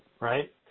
right